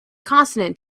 consonant